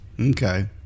Okay